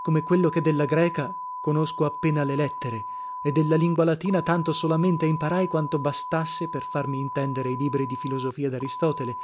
come quello che della greca conosco appena le lettere e della lingua latina tanto solamente imparai quanto bastasse per farmi intendere i libri di filosofia daristotele